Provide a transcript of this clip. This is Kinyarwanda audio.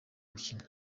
gukina